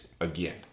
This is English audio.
again